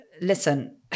Listen